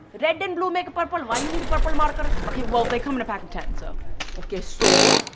red and blue make purple. why you need a purple marker? okay, well, they come in a pack of ten. so okay, so,